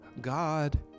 God